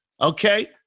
Okay